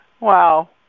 wow